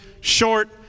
short